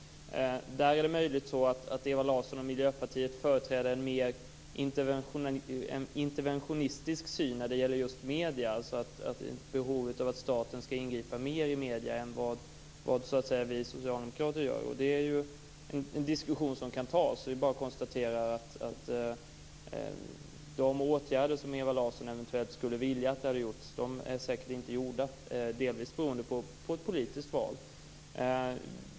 Här är det möjligen så att Ewa Larsson och Miljöpartiet företräder en mer interventionistisk syn när det gäller medierna än vad vi socialdemokrater gör, dvs. att staten skall ingripa mer i medierna. Det är ju en diskussion som kan tas. Det är bara att konstatera att de åtgärder som Ewa Larsson eventuellt skulle vilja ha genomförda inte är gjorda, delvis beroende på ett politiskt val.